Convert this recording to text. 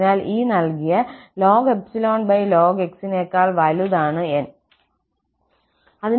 അതിനാൽ ഈ നൽകിയ x നേക്കാൾ വലുതാണ് 𝑁